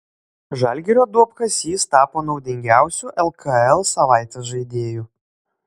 žalgirio duobkasys tapo naudingiausiu lkl savaitės žaidėju